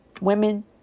women